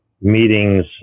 meetings